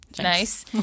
nice